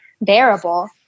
bearable